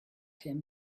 him